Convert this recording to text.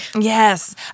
Yes